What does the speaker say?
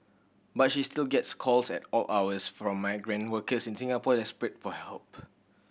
but she still gets calls at all hours from migrant workers in Singapore desperate for help